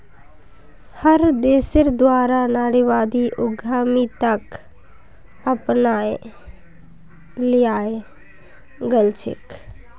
हर देशेर द्वारा नारीवादी उद्यमिताक अपनाए लियाल गेलछेक